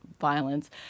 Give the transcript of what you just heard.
violence